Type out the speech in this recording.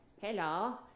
Hello